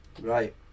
Right